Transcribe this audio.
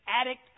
addict